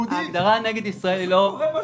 נגד יהודים.